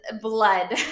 blood